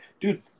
dude